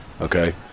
okay